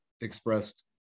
expressed